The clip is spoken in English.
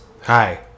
hi